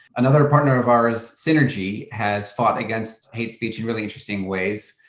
another partner of ours, synergy, has fought against hate speech in really interesting ways.